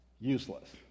useless